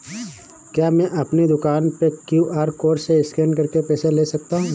क्या मैं अपनी दुकान में क्यू.आर कोड से स्कैन करके पैसे ले सकता हूँ?